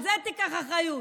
על זה תיקח אחריות,